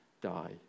die